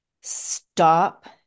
stop